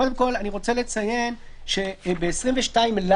קודם כול, אני רוצה לציין שבסעיף 22ל